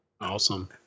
awesome